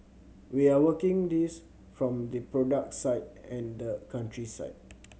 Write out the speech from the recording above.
we are working this from the product side and the country side